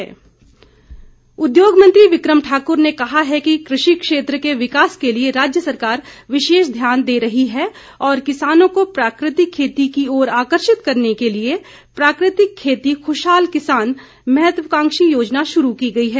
बिक्रम ठाकुर उद्योग मंत्री बिक्रम ठाकुर ने कहा है कि कृषि क्षेत्र के विकास के लिए राज्य सरकार विशेष ध्यान दे रही है और किसानों को प्राकृतिक खेती की ओर आकर्षित करने के लिए प्राकृतिक खेती खुशहाल किसान महत्वाकांक्षी योजना शुरू की गई है